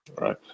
right